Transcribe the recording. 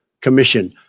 commission